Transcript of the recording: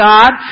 God